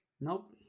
Nope